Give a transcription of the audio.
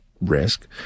risk